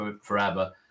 forever